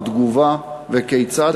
על תגובה וכיצד,